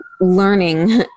learning